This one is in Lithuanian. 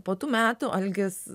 po tų metų algis